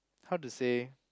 how to say